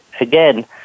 again